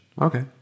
Okay